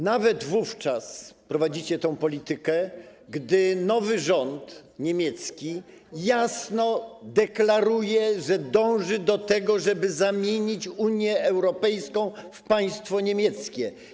Nawet wówczas prowadzicie tę politykę, gdy nowy rząd niemiecki jasno deklaruje, że dąży do tego, żeby zamienić Unię Europejską w państwo niemieckie.